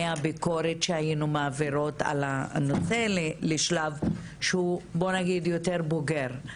הביקורת שהיינו מעבירות על הנושא לשלב שהוא בוא נגיד יותר בוגר,